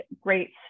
great